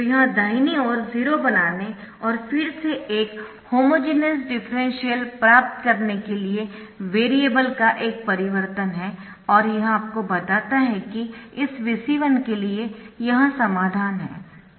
तो यह दाहिनी ओर 0 बनाने और फिर से एक होमोजेनियस डिफरेंशियल प्राप्त करने के लिए वेरिएबल का एक परिवर्तन है और यह आपको बताता है कि इस Vc1 के लिए यह समाधान है